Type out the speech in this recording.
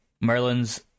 Merlin's